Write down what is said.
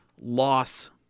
loss